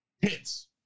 hits